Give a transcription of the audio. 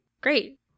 Great